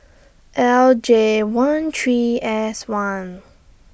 L J one three S one